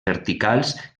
verticals